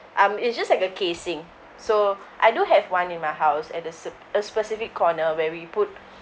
um it's just like a casing so I do have one in my house at the sep~ a specific corner where we put